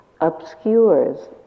obscures